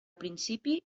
principi